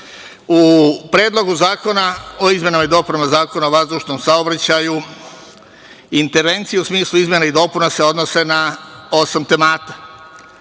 Predlogu zakona o izmenama i dopunama Zakona o vazdušnom saobraćaju, intervencije u smislu izmena i dopuna, odnose se na osam temata,